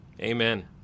Amen